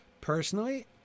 Personally